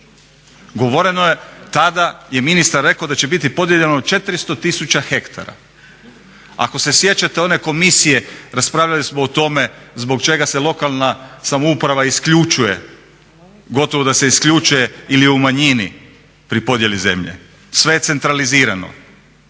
Govoreno je tada je ministar rekao da će biti podijeljeno 400 tisuća hektara. Ako se sjećate one komisije, raspravljali smo o tome zbog čega se lokalna samouprava isključuje, gotovo da se isključuje ili je u manjini pri podjeli zemlje. Sve je centralizirano,